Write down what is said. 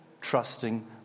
trusting